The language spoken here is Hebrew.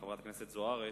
חברת הכנסת זוארץ,